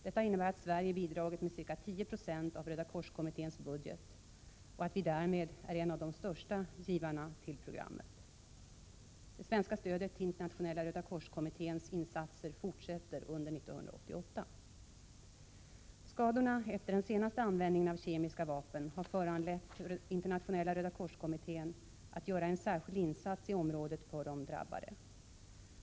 Detta innebär att Sverige bidragit med ca 10 26 av Rödakorskommitténs budget och att vi därmed är en av de största givarna till programmet. Det svenska stödet till Internationella rödakorskommitténs insatser fortsätter under år 1988. Skadorna efter den senaste användningen av kemiska vapen har föranlett Internationella rödakorskommittén att göra en särskild insats i området för de drabbade.